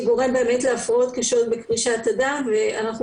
שגורם להפרעות קשות בקרישת הדם ואנחנו